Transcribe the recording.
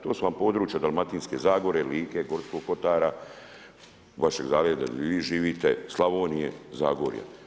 To su vam područja Dalmatinske zagore, Like, Gorskog Kotara, vašeg ... [[Govornik se ne razumije]] gdje vi živite, Slavonije, Zagorja.